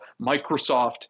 Microsoft